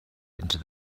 into